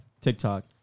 TikTok